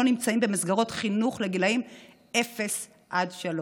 נמצאים במסגרות חינוך בגילים אפס עד שלוש.